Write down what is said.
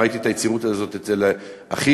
ראיתי את היצירתיות הזאת אצל אחיך,